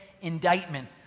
indictment